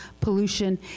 pollution